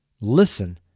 listen